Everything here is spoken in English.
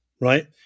right